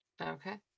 Okay